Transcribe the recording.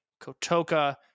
Kotoka